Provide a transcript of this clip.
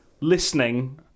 Listening